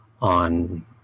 on